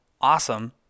awesome